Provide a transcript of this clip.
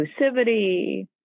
inclusivity